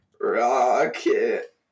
Rocket